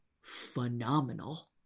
phenomenal